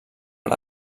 per